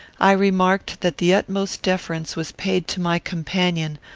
i remarked that the utmost deference was paid to my companion,